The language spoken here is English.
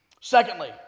Secondly